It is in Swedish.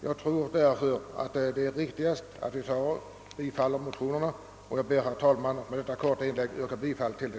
Jag ber, herr talman, att med detta korta inlägg få yrka bifall till motionerna I: 699 och II: 893.